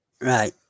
Right